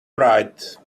write